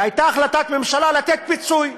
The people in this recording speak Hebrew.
והייתה החלטת ממשלה לתת פיצוי.